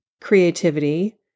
creativity